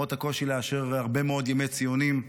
למרות הקושי לאשר הרבה מאוד ימי ציונים,